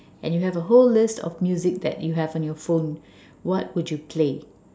and you have a whole list of music that you have on your phone what would you play